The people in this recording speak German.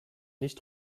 nicht